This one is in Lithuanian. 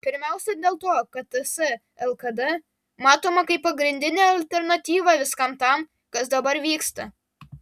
pirmiausia dėl to kad ts lkd matoma kaip pagrindinė alternatyva viskam tam kas dabar vyksta